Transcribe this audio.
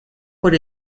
por